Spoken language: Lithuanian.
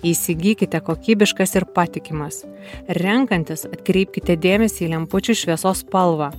įsigykite kokybiškas ir patikimas renkantis atkreipkite dėmesį į lempučių šviesos spalvą